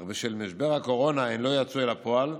אך בשל משבר הקורונה הן לא יצאו אל הפועל.